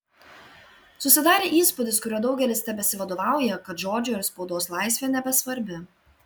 susidarė įspūdis kuriuo daugelis tebesivadovauja kad žodžio ir spaudos laisvė nebesvarbi